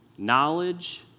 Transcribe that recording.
Knowledge